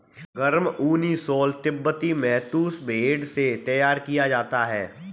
गर्म ऊनी शॉल तिब्बती शहतूश भेड़ से तैयार किया जाता है